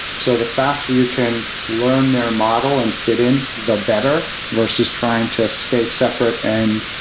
so the faster you can learn their model and fit in, the better, versus trying to stay separate and,